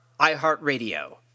iHeartRadio